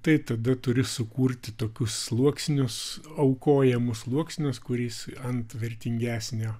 tai tada turi sukurti tokius sluoksnius aukojamus sluoksnius kuris ant vertingesnio